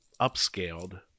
upscaled